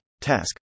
task